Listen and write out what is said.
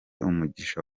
umugisha